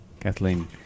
Kathleen